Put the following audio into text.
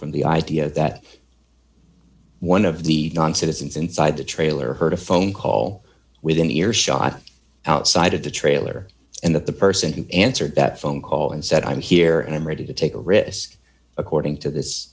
from the idea that one of the non citizens inside the trailer heard a phone call within earshot outside of the trailer and that the person who answered that phone call and said i'm here and i'm ready to take a risk according to this